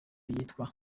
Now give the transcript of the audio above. yitwa